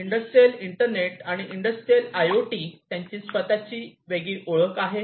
industrial internet आणि industrial I O T त्यांची स्वतःची वेगळी ओळख आहे